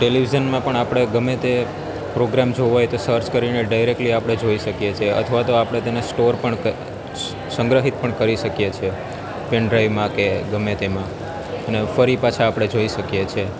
ટેલિવિઝનમાં પણ આપણે ગમે તે પ્રોગ્રામ જોવા હોય તો સર્ચ કરીને ડાયરેકલી આપણે જોઈ શકીએ છીએ અથવા તો આપણે તેને સ્ટોર પણ સંગ્રહિત પણ કરી શકીએ છીએ પેનડ્રાઇવમાં કે ગમે તેમાં અને ફરી પાછા આપણે જોઈ શકીએ છીએ